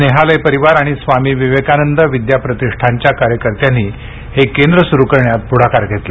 स्नेहालय परिवार आणि स्वामी विवेकानंद विद्या प्रतिष्ठानच्या कार्यकर्त्यांनी हे केंद्र सुरु करण्यात पुढाकार घेतला